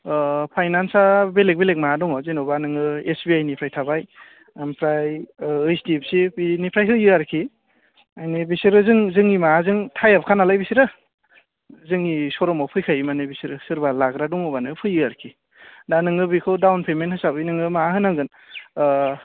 ओ फायनान्सा बेलेग बेलेग माबा दङ जेनेबा नोङो एस बि आइ निफ्राय थाबाय ओमफ्राय ओ ओइस डि एफ सि बिनिफ्राय होयो आरोखि माने बिसोरो जोंनि माबाजों टाइ आपखा नालाय बिसोरो जोंनि श' रुमाव फैखायो माने बिसोरो सोरबा लाग्रा दङबानो फैयो आरोखि दा नोङो बेखौ डाउन पेमेन्ट हिसाबै नोङो माबा होनांगोन